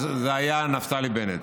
אז זה היה נפתלי בנט.